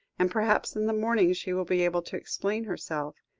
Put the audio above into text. and perhaps in the morning she will be able to explain herself.